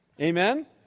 Amen